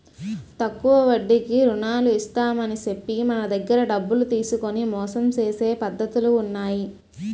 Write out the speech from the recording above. తక్కువ వడ్డీకి రుణాలు ఇస్తామని చెప్పి మన దగ్గర డబ్బులు తీసుకొని మోసం చేసే పద్ధతులు ఉన్నాయి